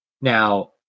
Now